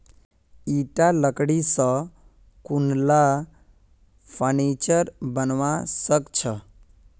ईटा लकड़ी स कुनला फर्नीचर बनवा सख छ